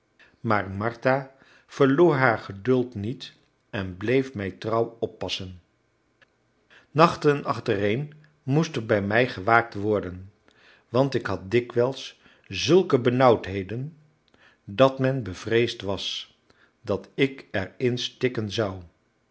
maar martha verloor haar geduld niet en bleef mij trouw oppassen nachten achtereen moest er bij mij gewaakt worden want ik had dikwijls zulke benauwdheden dat men bevreesd was dat ik er in stikken zou